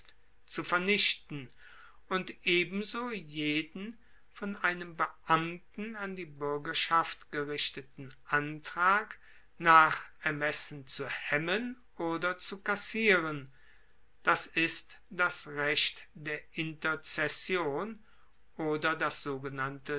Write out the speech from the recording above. zu vernichten und ebenso jeden von einem beamten an die buergerschaft gerichteten antrag nach ermessen zu hemmen oder zu kassieren das ist das recht der interzession oder das sogenannte